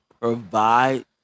provide